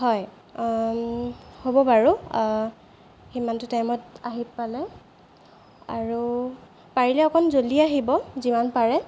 হয় হ'ব বাৰু সিমানটো টাইমত আহি পালে আৰু পাৰিলে অকণমান জলদি আহিব যিমান পাৰে